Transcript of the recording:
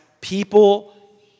people